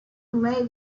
may